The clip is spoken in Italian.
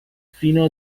fino